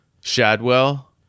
Shadwell